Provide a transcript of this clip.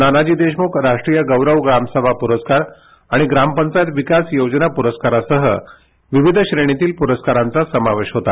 नानाजी देशमुख राष्ट्रीय गोंख ड्राम समा परस्कार आणि याम पंचायत विकास योजना परस्कारासह विविध शेजीतील प्रस्काराचा समावेश होता